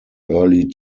early